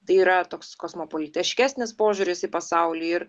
tai yra toks kosmopolitiškesnis požiūris į pasaulį ir